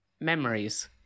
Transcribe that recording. memories